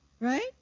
right